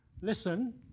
listen